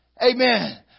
Amen